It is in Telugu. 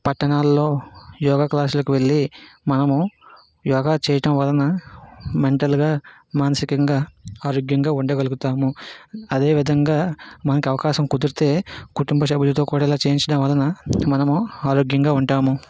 పట్టణాల్లో యోగా క్లాసులకు వెళ్ళి మనము యోగా చేయటం వలన మెంటల్గా మానసికంగా ఆరోగ్యంగా ఉండగలుగుతాము అదేవిధంగా మనకు అవకాశం కుదిరితే కుటుంబసభ్యులతో కూడా ఇలా చేయించడం వలన మనము ఆరోగ్యంగా ఉంటాము